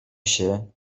się